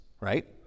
right